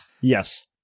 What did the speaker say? Yes